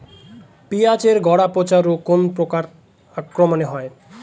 পিঁয়াজ এর গড়া পচা রোগ কোন পোকার আক্রমনে হয়?